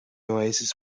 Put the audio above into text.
oasis